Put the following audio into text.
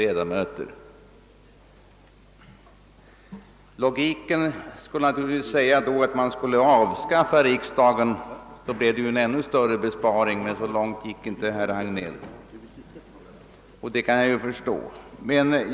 Logiken skulle i så fall naturligtvis bjuda att vi borde avskaffa riksdagen, så bleve det en ännu större besparing. Så långt gick dock inte herr Hagnell, och det kan jag förstå.